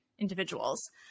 individuals